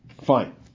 Fine